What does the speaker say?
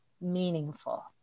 meaningful